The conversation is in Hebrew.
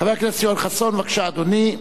חבר הכנסת יואל חסון, בבקשה, אדוני.